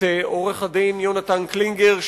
את עורך-הדין יהונתן קלינגר,